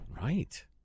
Right